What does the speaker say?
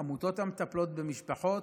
עמותות המטפלות במשפחות,